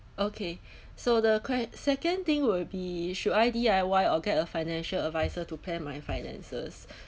okay so the correct second thing will be should I D_I_Y or get a financial adviser to plan my finances